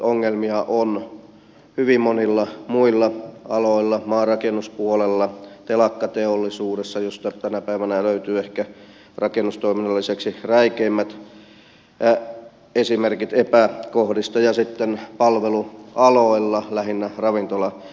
ongelmia on hyvin monilla muilla aloilla maanrakennuspuolella telakkateollisuudessa josta tänä päivänä löytyvät ehkä rakennustoiminnan lisäksi räikeimmät esimerkit epäkohdista ja sitten palvelualoilla lähinnä ravintolatoiminta